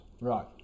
right